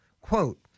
Quote